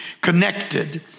connected